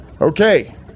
Okay